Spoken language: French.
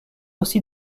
aussi